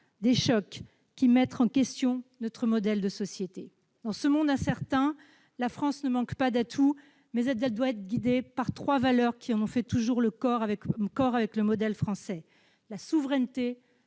des chocs qui mettent en cause notre modèle de société. Dans ce monde incertain, la France ne manque pas d'atouts, mais elle doit rester guidée par trois valeurs qui ont toujours fait corps avec le modèle français : la souveraineté,